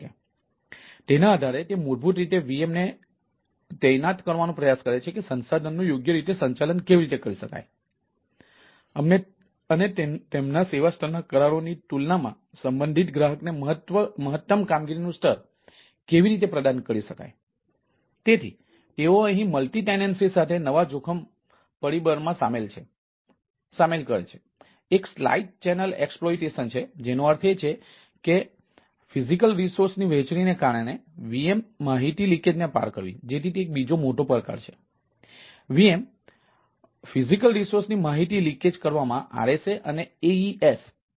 તેથી તેના આધારે તે મૂળભૂત રીતે વીએમને તૈનાત કરવાનો પ્રયાસ કરે છે કે સંસાધનનું યોગ્ય રીતે સંચાલન કેવી રીતે કરી શકાય અને તેમના સેવા સ્તરના કરારોની તુલનામાં સંબંધિત ગ્રાહકને મહત્તમ કામગીરીનું સ્તર કેવી રીતે પ્રદાન કરી શકાય